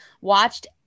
Watched